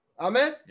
Amen